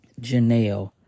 Janelle